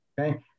okay